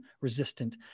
resistant